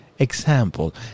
Example